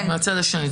זה מהצד השני.